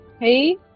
Hey